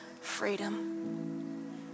freedom